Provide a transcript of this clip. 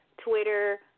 Twitter